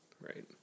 Right